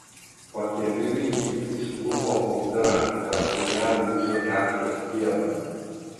pakeliui jį užklupo audra per kurią lūžo jachtos stiebas